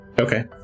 Okay